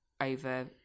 over